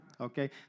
okay